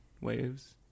waves